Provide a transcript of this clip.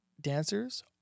dancers